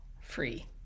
free